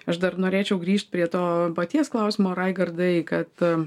aš dar norėčiau grįžt prie to paties klausimo raigardai kad